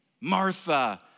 Martha